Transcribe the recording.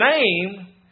name